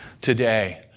today